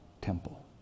temple